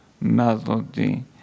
melody